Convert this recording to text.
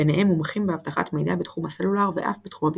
ביניהם מומחים באבטחת מידע בתחום הסלולר ואף בתחום הביטחון.